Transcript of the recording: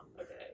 Okay